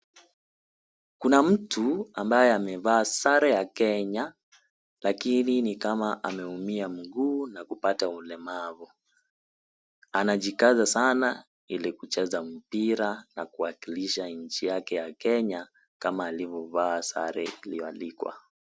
Kuna mtu ambaye amevaa sare ya Kenya, lakini ni kama ameumia mguu na kupata ulemavu. Anajikaza sana ili kucheza mpira na kuwakilisha nchi yake ya Kenya kama alivyovaa sare iliyoandikwa.